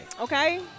Okay